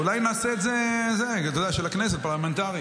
אולי נעשה את זה, אתה יודע, של הכנסת, פרלמנטרית.